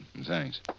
Thanks